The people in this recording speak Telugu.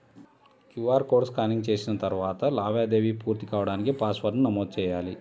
క్యూఆర్ కోడ్ స్కానింగ్ చేసిన తరువాత లావాదేవీ పూర్తి కాడానికి పాస్వర్డ్ను నమోదు చెయ్యాలి